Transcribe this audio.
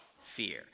fear